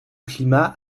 climat